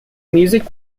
music